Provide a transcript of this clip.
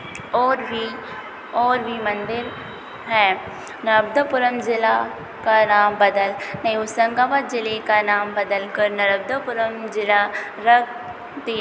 और भी और भी मंदिर है जिला का नाम बदल नहीं होशंगाबाद जिले का नाम बदल कर जिला रख दिया